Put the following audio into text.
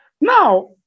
Now